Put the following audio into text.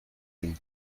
d’une